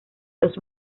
los